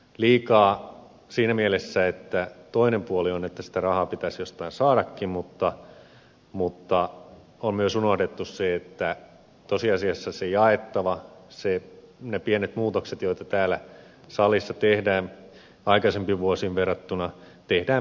liikaa siinä mielessä että toinen puoli on että sitä rahaa pitäisi jostain saadakin mutta on myös unohdettu se että tosiasiassa se jaettava ne pienet muutokset joita täällä salissa tehdään aikaisempiin vuosiin verrattuna tehdään velkarahalla